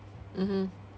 mmhmm